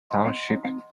township